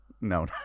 No